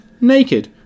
naked